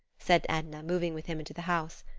said edna, moving with him into the house.